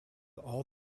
all